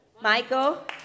Michael